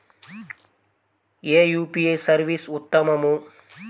ఏ UPI service ఉత్తమము?